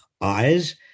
eyes